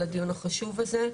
על הדיון החשוב הזה.